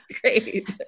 great